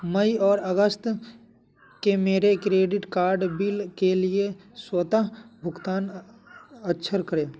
मई और अगस्त के मेरे क्रेडिट कार्ड बिल के लिए स्वतः भुगतान अक्षम करें